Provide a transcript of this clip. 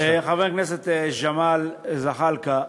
חבר הכנסת ג'מאל זחאלקה,